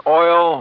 oil